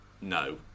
No